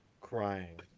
crying